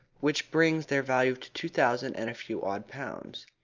which brings their value to two thousand and a few odd pounds.